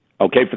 Okay